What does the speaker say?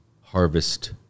harvest